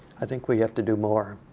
i think we have to do more,